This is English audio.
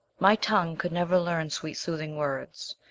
my tongue could never learn sweet soothing words,